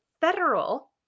federal